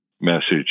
message